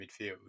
midfield